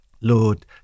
Lord